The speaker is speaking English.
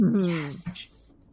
Yes